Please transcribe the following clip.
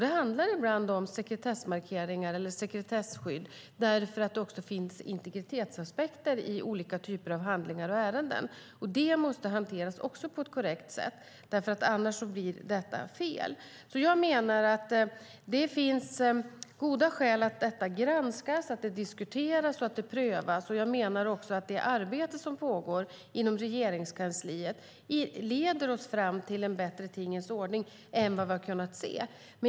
Det handlar ibland om sekretessmarkeringar eller sekretesskydd eftersom det också finns integritetsaspekter i olika typer av handlingar och ärenden. Det måste också hanteras på ett korrekt sätt. Annars blir det fel. Det finns goda skäl för att detta granskas, diskuteras och prövas. Och det arbete som pågår inom Regeringskansliet leder fram till en bättre tingens ordning än vi har kunnat se.